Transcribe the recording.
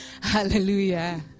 Hallelujah